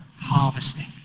harvesting